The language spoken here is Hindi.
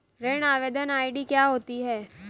ऋण आवेदन आई.डी क्या होती है?